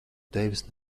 tevis